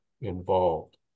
involved